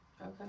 Okay